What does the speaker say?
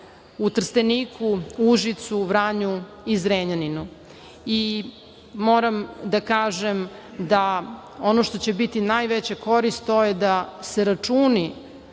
Trsteniku, Užicu, Vranju i Zrenjaninu. Moram da kažem da ono što će biti najveća korist, to je da se računi